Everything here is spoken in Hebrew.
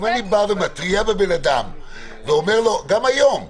אם אני מתריע ואומר לאדם, גם היום --- לא,